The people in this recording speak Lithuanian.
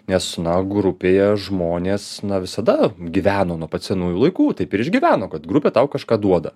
nes na grupėje žmonės visada gyveno nuo pat senųjų laikų taip ir išgyveno kad grupė tau kažką duoda